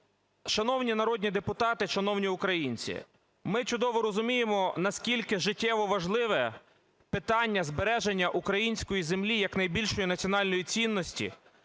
Шановні народні депутати! Шановні українці! Ми чудово розуміємо, наскільки життєво важливе питання збереження української землі як найбільшої національної цінності,